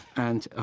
and, ah,